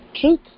truth